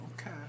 okay